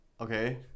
Okay